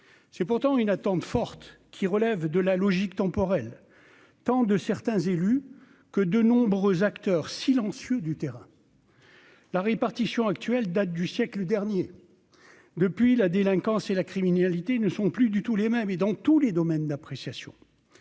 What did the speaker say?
c'est pourtant une attente forte qui relève de la logique temporelle tant de certains élus que de nombreux acteurs silencieux du terrain. La répartition actuelle date du siècle dernier, depuis la délinquance et la criminalité ne sont plus du tout les mêmes, et dans tous les domaines d'appréciation